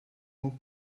mots